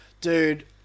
Dude